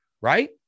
right